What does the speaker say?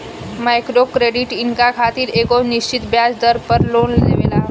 micro credit इनका खातिर एगो निश्चित ब्याज दर पर लोन देवेला